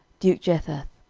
duke jetheth,